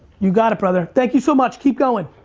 you got it, brother. thank you so much. keep going.